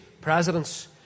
presidents